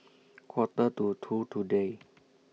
Quarter to two today